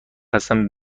هستم